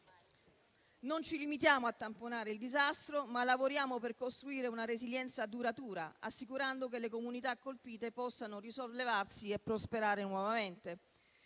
Non ci limitiamo a tamponare il disastro, ma lavoriamo per costruire una resilienza duratura, assicurando che le comunità colpite possano risollevarsi e prosperare nuovamente.